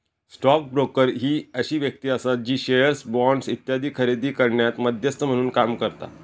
stock broker ही अशी व्यक्ती आसा जी शेअर्स, बॉण्ड्स इत्यादी खरेदी करण्यात मध्यस्थ म्हणून काम करता